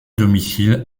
domicile